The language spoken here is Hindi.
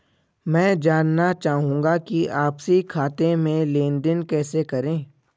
मैं जानना चाहूँगा कि आपसी खाते में लेनदेन कैसे करें?